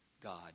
God